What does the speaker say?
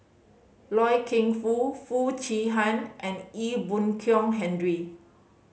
Loy Keng Foo Foo Chee Han and Ee Boon Kong Henry